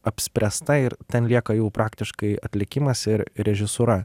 apspręsta ir ten lieka jau praktiškai atlikimas ir režisūra